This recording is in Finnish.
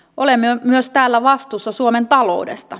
olemme myös täällä vastuussa suomen taloudesta